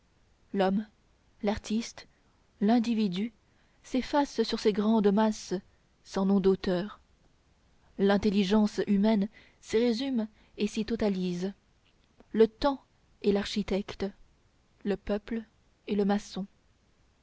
l'homme l'artiste l'individu s'effacent sur ces grandes masses sans nom d'auteur l'intelligence humaine s'y résume et s'y totalise le temps est l'architecte le peuple est le maçon